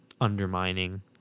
undermining